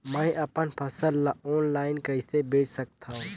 मैं अपन फसल ल ऑनलाइन कइसे बेच सकथव?